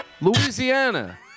Louisiana